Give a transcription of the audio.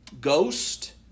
Ghost